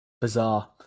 Bizarre